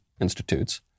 institutes